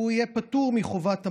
הוא יהיה פטור מחובת המסכה.